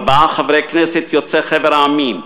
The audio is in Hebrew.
ארבעה חברי כנסת יוצאי חבר העמים,